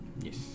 Yes